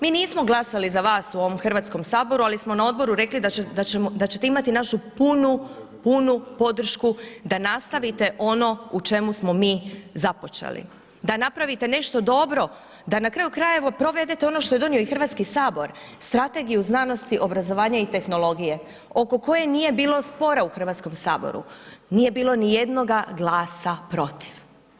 Mi nismo glasali za vas u ovom Hrvatskom saboru ali smo na odboru rekli da ćete imati našu punu podršku da nastavite ono u čemu smo mi započeli, da napravite nešto dobro, da na kraju krajeva provedete ono što je donio i Hrvatski Sabor, Strategiju znanosti, obrazovanja i tehnologije oko koje nije bilo spora u Hrvatskom saboru, nije bilo niti jednoga glasa protiv.